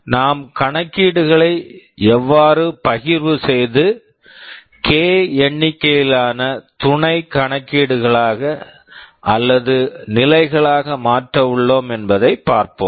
நாம் கணக்கீடுகளை எவ்வாறு பகிர்வு செய்து K கே எண்ணிக்கையிலான துணை கணக்கீடுகளாக அல்லது நிலைகளாக மாற்ற உள்ளோம் என்பதைப் பார்ப்போம்